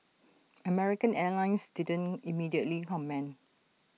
American airlines didn't immediately comment